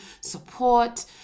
support